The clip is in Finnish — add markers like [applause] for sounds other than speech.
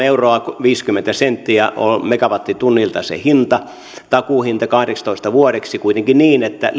[unintelligible] euroa viisikymmentä senttiä on megawattitunnilta se hinta takuuhinta kahdeksitoista vuodeksi kuitenkin niin että [unintelligible]